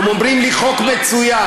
הם אומרים לי: חוק מצוין,